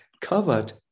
covered